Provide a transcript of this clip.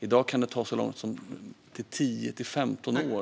I dag kan det ta så lång tid som 10-15 år.